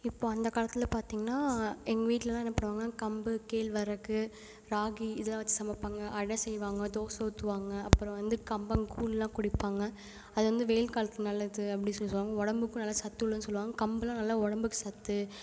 இப்போ அந்த காலத்தில் பார்த்தீங்கன்னா எங்கள் வீட்லலாம் என்ன பண்ணுவாங்கன்னா கம்பு கேழ்வரகு ராகி இதெல்லாம் வச்சு சமைப்பாங்க அடை செய்வாங்க தோசை ஊற்றுவாங்க அப்புறம் வந்து கம்பங்கூழ்லாம் குடிப்பாங்க அது வந்து வெயில் காலத்துக்கு நல்லது அப்படி சொல்லி சொல்லுவாங்க உடம்புக்கும் நல்ல சத்துள்ளது சொல்லுவாங்க கம்புலாம் நல்லா உடம்புக்கு சத்து